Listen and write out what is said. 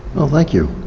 well thank you.